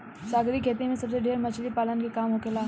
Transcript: सागरीय खेती में सबसे ढेर मछली पालन के काम होखेला